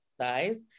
size